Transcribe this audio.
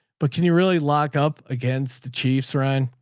but can you really lock up against the chiefs run?